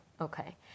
Okay